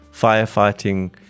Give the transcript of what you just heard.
firefighting